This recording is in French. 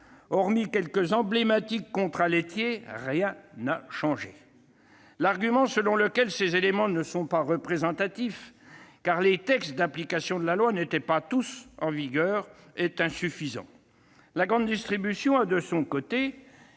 Hormis quelques emblématiques contrats laitiers, rien n'a changé ! L'argument selon lequel ces éléments ne sont pas représentatifs, car les textes d'application de la loi n'étaient pas tous en vigueur, est insuffisant. De son côté, la grande distribution a bien récupéré